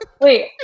Wait